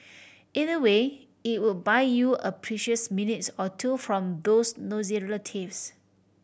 either way it will buy you a precious minutes or two from those nosy relatives